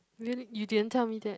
really you didn't tell me that